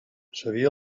sabia